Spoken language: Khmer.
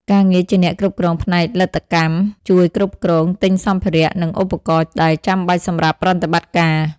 ការងារជាអ្នកគ្រប់គ្រងផ្នែកលទ្ធកម្ម ជួយក្រុមហ៊ុនទិញសម្ភារៈ និងឧបករណ៍ដែលចាំបាច់សម្រាប់ប្រតិបត្តិការ។